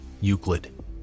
Euclid